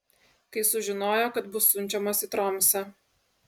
kai sužinojo kad bus siunčiamas į tromsę